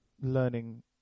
learning